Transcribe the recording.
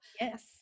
yes